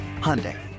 Hyundai